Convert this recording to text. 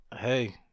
Hey